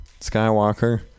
Skywalker